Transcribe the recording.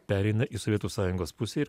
pereina į sovietų sąjungos pusę ir